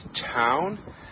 town